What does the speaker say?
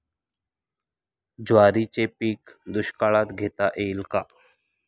ज्वारीचे पीक दुष्काळात घेता येईल का?